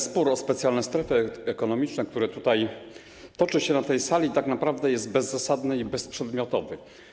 Spór o specjalne strefy ekonomiczne, który toczy się na tej sali, tak naprawdę jest bezzasadny i bezprzedmiotowy.